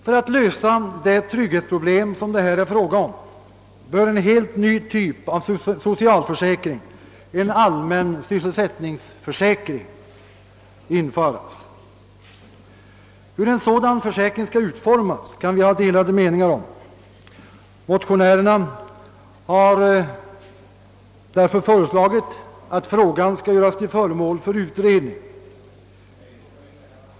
För att lösa det trygghetsproblem som det här är fråga om bör en helt ny typ av socialförsäkring — en allmän sysselsättningsförsäkring — införas. Hur en sådan försäkring skall utformas kan vi ha delade meningar om. Motionärerna har därför föreslagit att frågan skall göras till föremål för utredning.